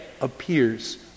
appears